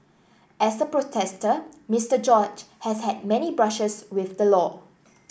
as a protester Mister George has had many brushes with the law